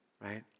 Right